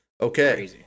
Okay